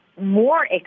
more